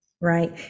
right